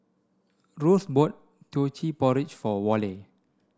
Rose bought Teochew Porridge for Worley